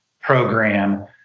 program